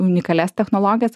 unikalias technologijas